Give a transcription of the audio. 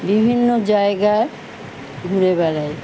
বিভিন্ন জায়গা ঘুরে বেড়ায়